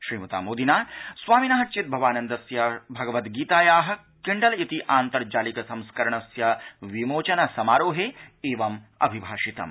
श्रीमता मोदिना स्वामिन चिद्धवानन्दस्य भगवद्गीताया किंडल् इति आन्तर्जालिक संस्करणस्य विमोचन समारोहे एवमभिभाषितम्